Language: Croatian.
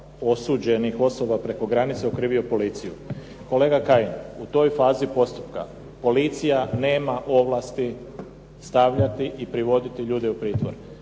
osuđenih osoba preko granice okrivio policiju. Kolega Kajin, u toj fazi postupka policija nema ovlasti stavljati i privoditi ljude u pritvor.